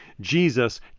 Jesus